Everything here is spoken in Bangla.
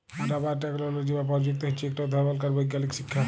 রাবার টেকলোলজি বা পরযুক্তি হছে ইকট ধরলকার বৈগ্যালিক শিখ্খা